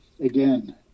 again